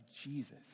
Jesus